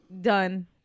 done